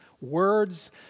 words